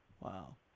Wow